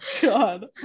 god